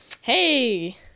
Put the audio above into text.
Hey